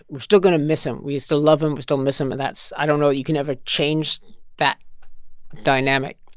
we're still going to miss him. we still love him. we still miss him. and that's i don't know that you can ever change that dynamic.